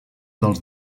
dels